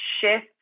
shift